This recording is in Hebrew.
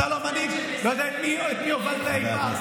אתה לא מנהיג, לא יודע את מי הובלת אי פעם.